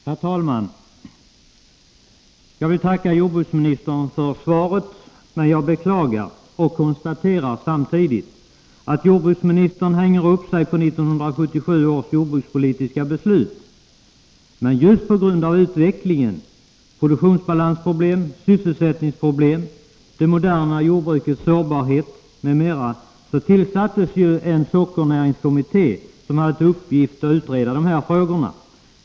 Herr talman! Jag vill tacka jordbruksministern för svaret, men jag konstaterar och beklagar samtidigt att jordbruksministern hänger upp sig på 1977 års jordbrukspolitiska beslut. Men just på grund av utvecklingen, produktionsbalansproblem, sysselsättningsproblem, det moderna jordbrukets sårbarhet m.m. tillsattes ju en sockernäringskommitté, som hade till uppgift att utreda dessa frågor.